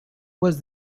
was